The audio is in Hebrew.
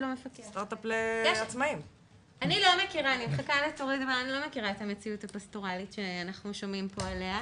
לא מכירה את המציאות הפסטורלית שאנחנו שומעים פה עליה.